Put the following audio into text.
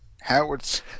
Howard's